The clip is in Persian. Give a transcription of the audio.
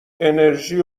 انِرژی